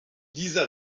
dieser